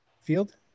field